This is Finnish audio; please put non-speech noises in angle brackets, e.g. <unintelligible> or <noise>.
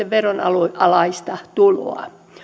<unintelligible> veronalaista tuloa